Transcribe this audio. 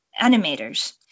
animators